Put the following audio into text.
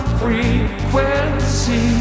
frequency